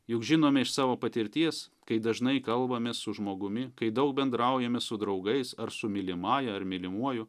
juk žinome iš savo patirties kai dažnai kalbamės su žmogumi kai daug bendraujame su draugais ar su mylimąja ar mylimuoju